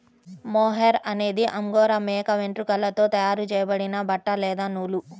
mohair అనేది angora మేక వెంట్రుకలతో తయారు చేయబడిన బట్ట లేదా నూలు